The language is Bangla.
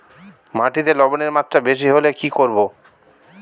মাটিতে লবণের মাত্রা বেশি হলে কি করব?